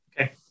Okay